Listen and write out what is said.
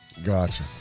Gotcha